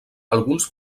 alguns